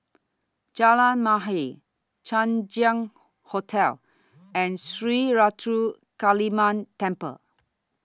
Jalan Mahir Chang Ziang Hotel and Sri Ruthra Kaliamman Temple